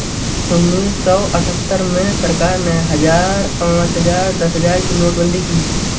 उन्नीस सौ अठहत्तर में सरकार ने हजार, पांच हजार, दस हजार की नोटबंदी की